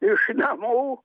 iš namų